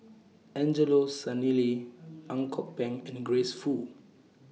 Angelo Sanelli Ang Kok Peng and Grace Fu